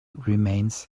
remains